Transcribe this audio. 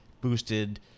boosted